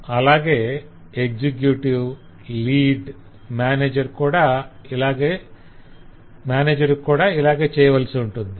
అలాగే executive lead manager కు కూడా ఇలాగే చేయవలసి ఉంటుంది